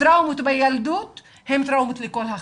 טראומות בילדות הן טראומות לכל החיים,